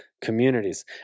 communities